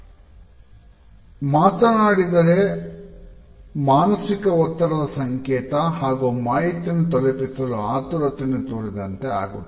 ವೇಗವಾಗಿ ಮಾತನಾಡಿದರೆ ಮಾನಸಿಕ ಒತ್ತಡದ ಸಂಕೇತ ಹಾಗು ಮಾಹಿತಿಯನ್ನು ತಲುಪಿಸಲು ಆತುರತೆಯನ್ನು ತೋರಿದಂತೆ ಆಗುತ್ತದೆ